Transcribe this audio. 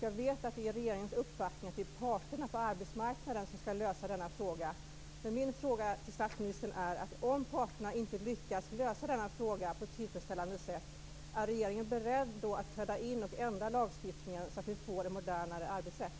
Jag vet att det är regeringens uppfattning att det är parterna på arbetsmarknaden som skall lösa denna fråga, men min fråga till statsministern är: Är regeringen beredd att träda in och ändra lagstiftningen så att vi får en modernare arbetsrätt om parterna inte lyckas lösa denna fråga på ett tillfredsställande sätt?